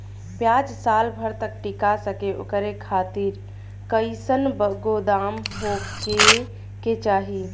प्याज साल भर तक टीका सके ओकरे खातीर कइसन गोदाम होके के चाही?